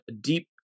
deep